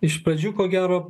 iš pradžių ko gero